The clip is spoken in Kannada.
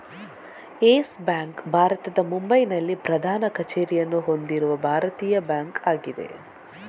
ಯೆಸ್ ಬ್ಯಾಂಕ್ ಭಾರತದ ಮುಂಬೈನಲ್ಲಿ ಪ್ರಧಾನ ಕಚೇರಿಯನ್ನು ಹೊಂದಿರುವ ಭಾರತೀಯ ಬ್ಯಾಂಕ್ ಆಗಿದೆ